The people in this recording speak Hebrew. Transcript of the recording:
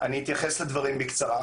אני אתייחס לדברים בקצרה.